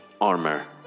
armor